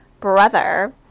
brother